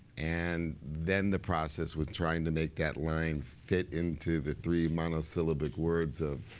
and then the process was trying to make that line fit into the three monosyllabic words of